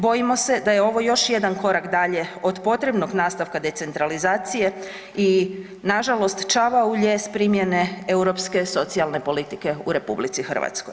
Bojimo se da je ovo još jedan korak dalje od potrebnog nastavka decentralizacije i nažalost čavao u lijes primjene europske socijalne politike u RH.